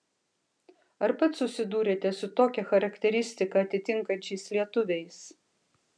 ar pats susidūrėte su tokią charakteristiką atitinkančiais lietuviais